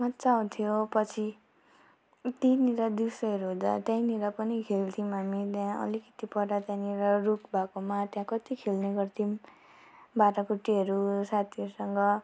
मजा आउँथ्यो पछि त्यहीँनिर दिउँसोहरू हुँदा त्यहीँनिर पनि खेल्थ्यौँ हामी त्यहाँ अलिकति पर त्यहाँनिर रुख भएकोमा त्यहाँ कति खेल्ने गर्थ्यौँ भाँडाकुटीहरू साथीहरूसँग